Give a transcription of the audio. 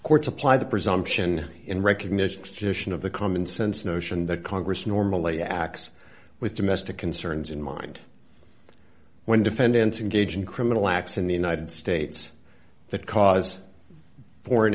courts apply the presumption in recognition is just an of the common sense notion that congress normally acts with domestic concerns in mind when defendants in gauging criminal acts in the united states that cause foreign